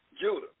Judah